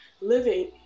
Living